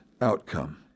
outcome